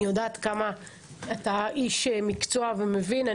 אני יודעת כמה אתה איש מקצוע ומבין.